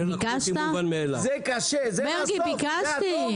מרגי, ביקשתי.